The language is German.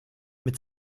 mit